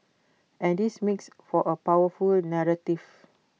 and this makes for A powerful narrative